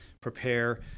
prepare